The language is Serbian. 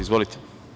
Izvolite.